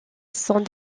sont